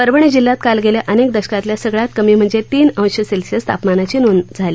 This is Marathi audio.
परभणी जिल्ह्यात काल गेल्या अनेक दशकातल्या सगळ्यात कमी म्हणजे तीन अंश सेल्शियस तापमानाची नोंद झाली